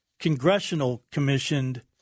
congressional-commissioned